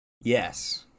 yes